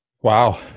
Wow